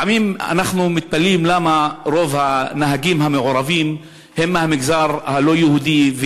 לפעמים אנחנו מתפלאים שרוב הנהגים המעורבים הם מהמגזר הלא-יהודי,